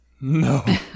No